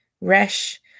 Resh